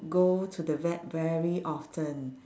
go to the vet very often